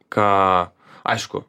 ką aišku